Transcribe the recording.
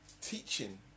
teaching